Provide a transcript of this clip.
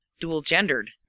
dual-gendered